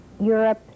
Europe